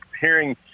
hearing